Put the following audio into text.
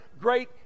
great